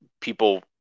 people